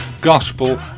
gospel